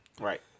Right